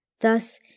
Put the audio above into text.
Thus